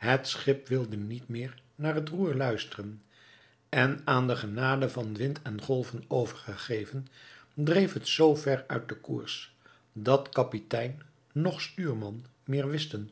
het schip wilde niet meer naar het roer luisteren en aan de genade van wind en golven overgegeven dreef het zoo ver uit de koers dat kapitein noch stuurman meer wisten